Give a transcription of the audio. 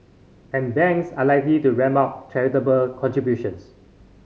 and banks are likely to ramp up charitable contributions